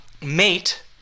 Mate